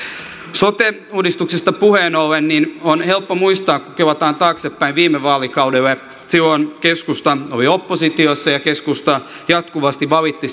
sote uudistuksesta puheen ollen on helppo muistaa kun kelataan taaksepäin viime vaalikaudelle silloin keskusta oli oppositiossa ja keskusta jatkuvasti valitti